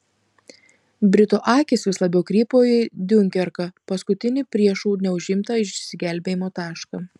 britų akys vis labiau krypo į diunkerką paskutinį priešų neužimtą išsigelbėjimo tašką